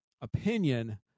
opinion